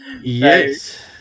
Yes